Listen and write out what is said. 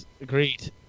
Agreed